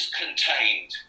contained